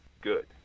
good